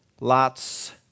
Lot's